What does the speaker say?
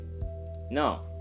No